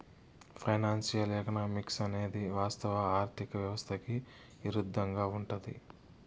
financial economics అనేది వాస్తవ ఆర్థిక వ్యవస్థకి ఇరుద్దంగా ఉంటది